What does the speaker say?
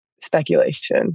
speculation